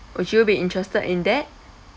would you be interested in that